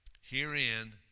Herein